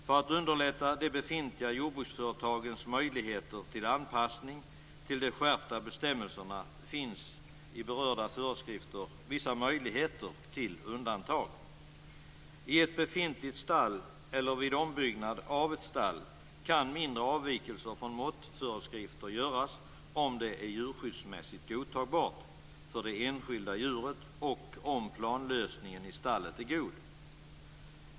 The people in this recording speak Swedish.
För att underlätta de befintliga jordbruksföretagens möjligheter till anpassning till de skärpta bestämmelserna finns i berörda föreskrifter vissa möjligheter till undantag. I ett befintligt stall eller vid ombyggnad av ett stall kan mindre avvikelser från måttföreskrifter göras om det är djurskyddsmässigt godtagbart för det enskilda djuret och om planlösningen i stallet är god.